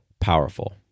powerful